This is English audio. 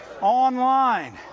online